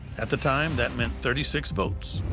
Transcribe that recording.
at the time, that meant thirty six votes.